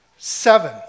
Seven